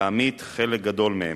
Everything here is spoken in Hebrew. להמית חלק גדול מהם.